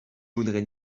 voudrais